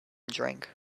drink